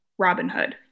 Robinhood